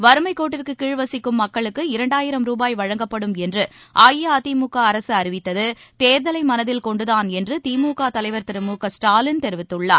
வறுமைக்கோட்டிற்கு கீழ் வசிக்கும் மக்களுக்கு இரண்டாயிரம் ரூபாய் வழங்கப்படும் என்று அஇஅதிமுக அரசு அறிவித்தது தேர்தலை மனதில் கொண்டுதான் என்று திமுக தலைவர் திரு மு க ஸ்டாலின் கூறியிருக்கிறார்